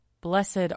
Blessed